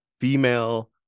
female